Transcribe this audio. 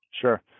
Sure